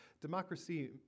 democracy